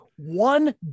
one